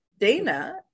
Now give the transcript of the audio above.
Dana